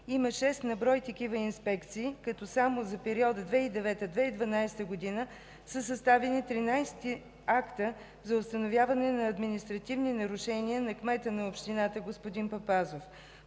има шест на брой такива инспекции, като само за периода 2009 – 2012 г. са съставени 13 акта за установяване на административни нарушения на кмета на общината господин Папазов.